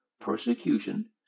persecution